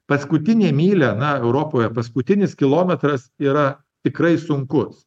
paskutinė mylia na europoje paskutinis kilometras yra tikrai sunkus